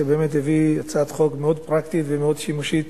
שהביא הצעת חוק מאוד פרקטית ומאוד שימושית